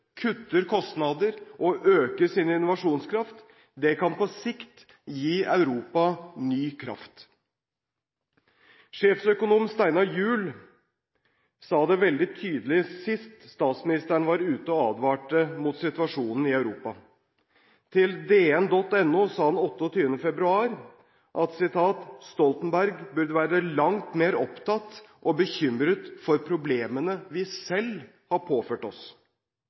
kutter kostnader og øker sin innovasjonskraft. Det kan på sikt gi Europa ny kraft. Sjeføkonom Steinar Juel sa det veldig tydelig sist statsministeren var ute og advarte mot situasjonen i Europa. Til DN.no sa han 28. februar at Stoltenberg «bør være langt mer bekymret for problemene vi selv har påført oss.»